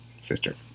sister